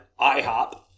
IHOP